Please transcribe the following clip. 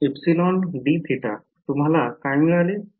विद्यार्थी ε dθ εdθतुम्हाला काय मिळाले